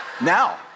now